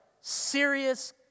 Serious